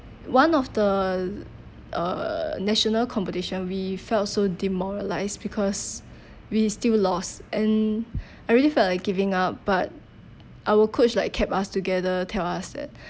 one of the uh national competition we felt so demoralised because we still lost and I really felt like giving up but our coach like kept us together tell us that